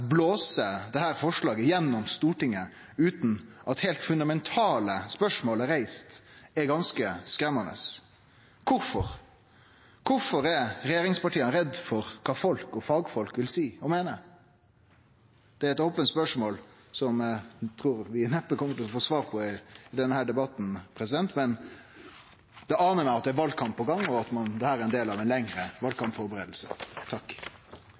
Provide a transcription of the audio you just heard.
blåse dette forslaget igjennom i Stortinget utan at heilt fundamentale spørsmål er reiste, er ganske skremmande. Kvifor er regjeringspartia redde for kva folk og fagfolk vil seie og meine? Det er eit ope spørsmål, som eg trur vi neppe kjem til å få svar på i denne debatten. Men det aner meg at det er ein valkamp på gang, og at dette er ein del av ei lengre